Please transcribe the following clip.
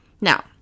Now